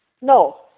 No